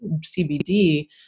CBD